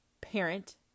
Parent